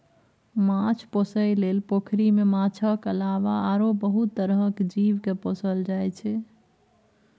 माछ पोसइ लेल पोखरि मे माछक अलावा आरो बहुत तरहक जीव केँ पोसल जाइ छै